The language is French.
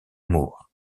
moore